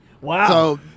Wow